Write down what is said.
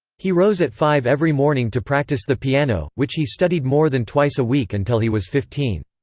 he rose at five every morning to practice the piano, which he studied more than twice a week until he was fifteen.